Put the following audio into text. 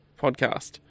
podcast